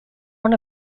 one